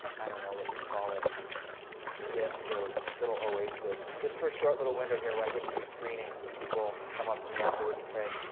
i don't know what you'd call it gift or a little oasis. just for a short little window here where i get to do screenings, and people come up to me afterwards and say,